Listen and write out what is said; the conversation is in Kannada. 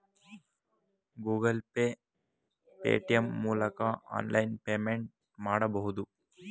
ಗೂಗಲ್ ಪೇ, ಪೇಟಿಎಂ ಮೂಲಕ ಆನ್ಲೈನ್ ಪೇಮೆಂಟ್ ಮಾಡಬಹುದು